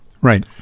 Right